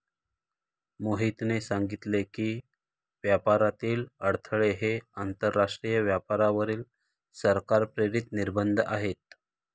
मोहितने सांगितले की, व्यापारातील अडथळे हे आंतरराष्ट्रीय व्यापारावरील सरकार प्रेरित निर्बंध आहेत